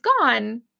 gone